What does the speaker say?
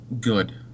good